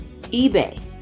eBay